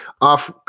off